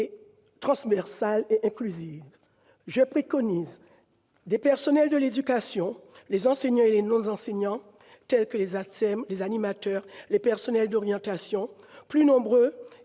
transversale et inclusive. Je préconise des personnels de l'éducation, les enseignants et les non enseignants, tels que les ATSEM, les animateurs, les personnels d'orientation, plus nombreux et